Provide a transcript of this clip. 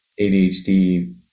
ADHD